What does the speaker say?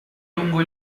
lungo